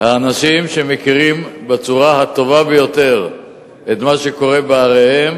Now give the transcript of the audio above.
שהאנשים שמכירים בצורה הטובה ביותר את מה שקורה בעריהם